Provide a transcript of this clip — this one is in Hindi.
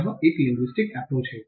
यह एक लिंगुस्टिक अप्प्रोच है